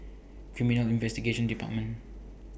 Criminal Investigation department